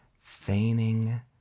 feigning